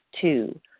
Two